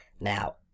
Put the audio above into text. Now